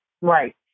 Right